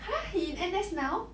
!huh! he in N_S now